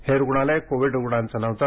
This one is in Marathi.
हे रुग्णालय कोविड रुग्णांचे नव्हते